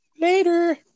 Later